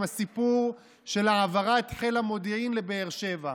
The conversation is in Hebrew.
הסיפור של העברת חיל המודיעין לבאר שבע.